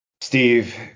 Steve